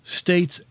states